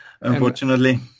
unfortunately